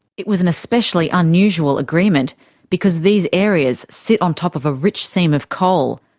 it was an especially unusual agreement because these areas sit on top of a rich seam of coal.